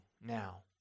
now